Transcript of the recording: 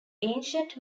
ancient